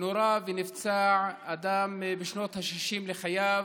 נורה ונפצע אדם בשנות השישים לחייו,